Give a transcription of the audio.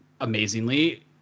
amazingly